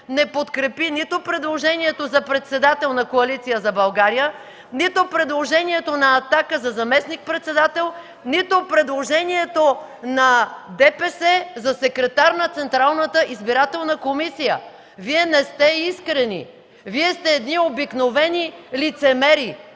не подкрепи нито предложението за председател на „Коалиция за България“, нито предложението на Атака за заместник-председател, нито предложението на ДПС за секретар на Централната избирателна комисия? Вие не сте искрени! (Реплики от народния